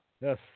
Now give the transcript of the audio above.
Yes